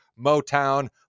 motown